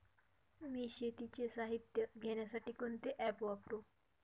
मी शेतीचे साहित्य घेण्यासाठी कोणते ॲप वापरु?